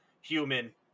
human